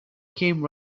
came